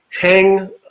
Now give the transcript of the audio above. hang